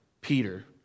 Peter